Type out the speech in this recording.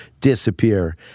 disappear